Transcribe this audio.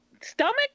stomach